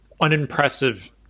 unimpressive